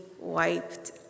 wiped